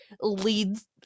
leads